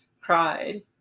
cried